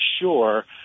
sure